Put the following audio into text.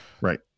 right